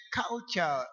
culture